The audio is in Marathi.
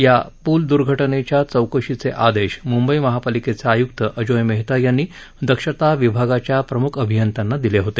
या पूल दुर्घटनेच्या चौकशीचे आदेश मुंबई महापालिकेचे आयुक्त अजोय मेहता यांनी दक्षता विभागाच्या प्रमुख अभियंत्यांना दिले होते